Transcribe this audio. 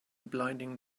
blinding